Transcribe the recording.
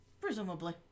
Presumably